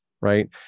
right